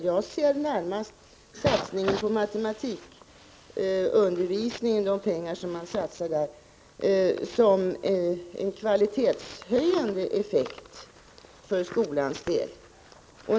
Jag ser de pengar som satsas på matematikundervisningen närmast som en kvalitetshöjande insats för skolans del.